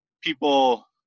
people